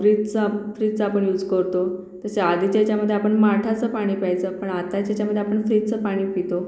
फ्रीजचा फ्रीजचा आपण यूज करतो तसे आधीच्या याच्यामध्ये आपण माठाचं पाणी प्यायचं पण आत्ताच्या हेच्यामध्ये आपण फ्रीजचं पाणी पितो